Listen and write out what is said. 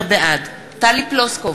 בעד טלי פלוסקוב,